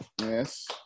Yes